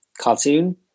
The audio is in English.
cartoon